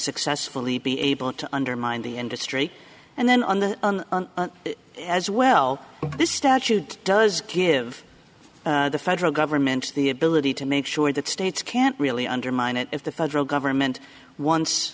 successfully be able to undermine the industry and then on as well this statute does give the federal government the ability to make sure that states can't really undermine it if the federal government once